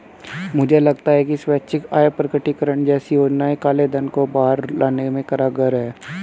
मुझे लगता है कि स्वैच्छिक आय प्रकटीकरण जैसी योजनाएं काले धन को बाहर लाने में कारगर हैं